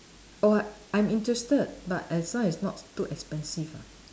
oh I'm interested but as long as not too expensive ah